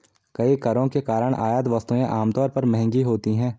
कई करों के कारण आयात वस्तुएं आमतौर पर महंगी होती हैं